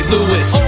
Lewis